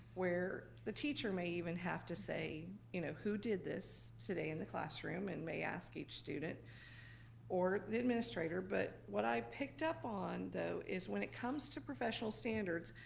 where the teacher may even have to say, you know who did this today in the classroom? and may ask each student or the administrator, but what i picked up on though, is when it comes to professional standards,